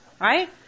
right